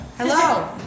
Hello